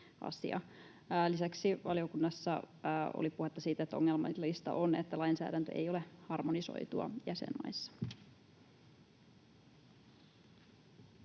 Lisäksi valiokunnassa oli puhetta siitä, että ongelmallista on, että lainsäädäntö ei ole harmonisoitua jäsenmaissa.